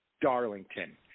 Darlington